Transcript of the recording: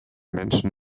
menschen